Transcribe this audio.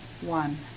One